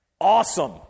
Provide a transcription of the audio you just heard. awesome